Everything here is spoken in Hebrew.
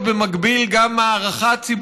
בכל מקרי הירי אין מעצרים,